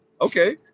Okay